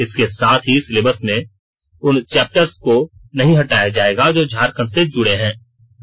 इसके साथ ही सिलेबस से उन चैप्टर्स के नहीं हटाया जायेगा जो झारखंड से जुड़े हुए हें